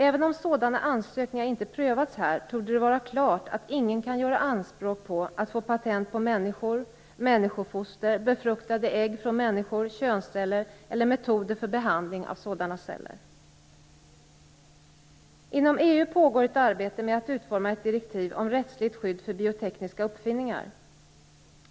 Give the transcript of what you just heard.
Även om sådana ansökningar inte prövats här torde det vara klart att ingen kan göra anspråk på att få patent på människor, människofoster, befruktade ägg från människor, könsceller eller metoder för behandling av sådana celler. Inom EU pågår ett arbete med att utforma ett direktiv om rättsligt skydd för biotekniska uppfinningar.